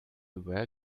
were